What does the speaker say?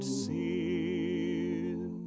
sin